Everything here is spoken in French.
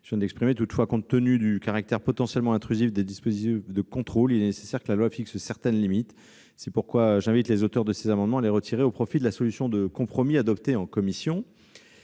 ces limitations. Toutefois, compte tenu du caractère potentiellement intrusif des dispositifs de contrôle, il est nécessaire que la loi fixe certaines limites. C'est pourquoi j'invite les auteurs de ces amendements à les retirer au profit de la solution de compromis adoptée en commission.